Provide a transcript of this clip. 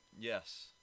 Yes